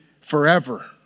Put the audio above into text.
forever